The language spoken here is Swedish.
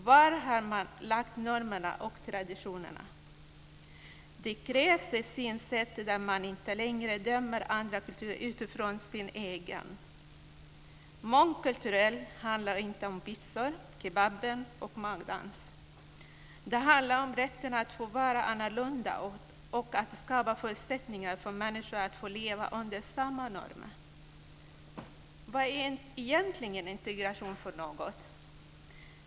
Var har man lagt normerna och traditionerna? Det krävs ett synsätt där man inte längre dömer andra kulturer utifrån sin egen. Att vara mångkulturell handlar inte om pizzor, kebab och magdans. Det handlar om rätten att få vara annorlunda och att skapa förutsättningar för människor att få leva under samma normer. Vad är egentligen integration?